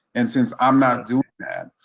and since i'm not doing that,